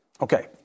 Okay